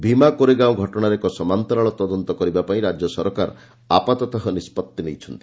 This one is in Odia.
ଭିମା କୋରେଗାଓଁ ଘଟଣାର ଏକ ସମାନ୍ତରାଳ ତଦନ୍ତ କରିବା ପାଇଁ ରାଜ୍ୟସରକାର ଆପାତତଃ ନିଷ୍ପଭି ନେଇଛନ୍ତି